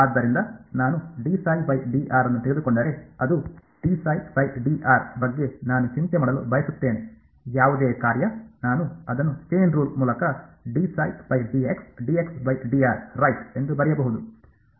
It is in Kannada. ಆದ್ದರಿಂದ ನಾನು ಅನ್ನು ತೆಗೆದುಕೊಂಡರೆ ಅದು ಬಗ್ಗೆ ನಾನು ಚಿಂತೆ ಮಾಡಲು ಬಯಸುತ್ತೇನೆ ಯಾವುದೇ ಕಾರ್ಯ ನಾನು ಅದನ್ನು ಚೈನ್ ರೂಲ್ ಮೂಲಕ ರೈಟ್ ಎಂದು ಬರೆಯಬಹುದು